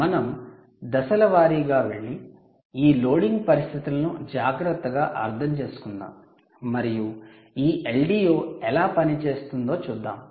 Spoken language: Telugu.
మనం దశల వారీగా వెళ్లి ఈ లోడింగ్ పరిస్థితులను జాగ్రత్తగా అర్థం చేసుకుందాం మరియు ఈ LDO ఎలా పనిచేస్తుందో చూద్దాం